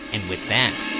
and with that,